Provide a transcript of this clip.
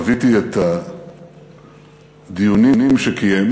חוויתי את הדיונים שקיים